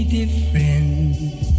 different